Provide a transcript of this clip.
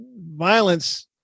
violence